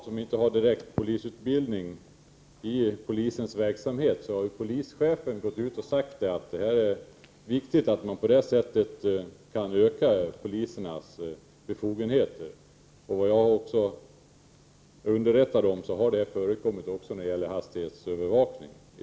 Fru talman! När det gäller att i polisens verksamhet använda personal som inte har direkt polisutbildning har ju polischefen sagt att det är viktigt att man på det sättet kan öka polisernas befogenheter. Såvitt jag vet och är underrättad om förekommer det redan i dag när det gäller hastighetsövervakning.